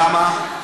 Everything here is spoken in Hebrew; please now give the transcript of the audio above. למה?